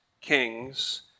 kings